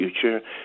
future